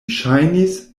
ŝajnis